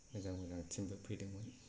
मोजां मोजां टिम फोर फैदोंमोन